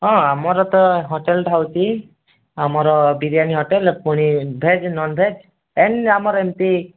ହଁ ଆମର ତ ହୋଟେଲଟା ହେଉଛି ଆମର ବିରିୟାନୀ ହୋଟେଲ୍ ପୁଣି ଭେଜ୍ ନନ୍ଭେଜ୍ ଏଣ୍ଡ ଆମର ଏମତି